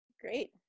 Great